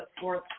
fourth